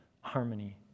harmony